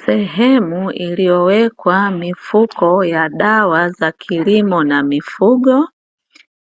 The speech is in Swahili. Sehemu iliyowekwa mifuko ya dawa za kilimo na mifugo,